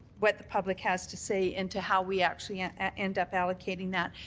what the public has to say into how we actually end up allocating that.